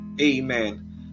Amen